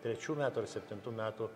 trečių metų ar septintų metų